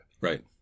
Right